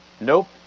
nope